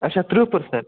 آچھا تٕرٛہ پٔرسنٛٹ